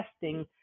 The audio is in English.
testing